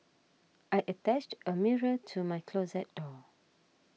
I attached a mirror to my closet door